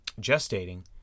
gestating